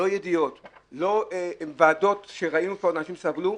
לא ידיעות, ועדות שראינו פה, אנשים סבלו,